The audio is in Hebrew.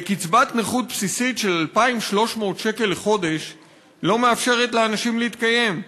קצבת נכות של 2,300 שקל לחודש לא מאפשרת לאנשים להתקיים,